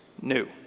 new